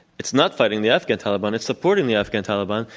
it's not fighting the afghan taliban. it's supporting the afghan taliban.